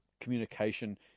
communication